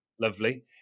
Lovely